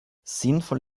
sinnvoll